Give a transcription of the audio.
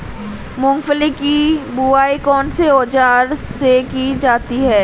मूंगफली की बुआई कौनसे औज़ार से की जाती है?